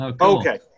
Okay